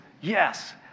Yes